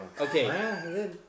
Okay